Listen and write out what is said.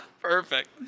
Perfect